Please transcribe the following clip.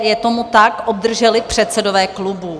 Je tomu tak, obdrželi předsedové klubů?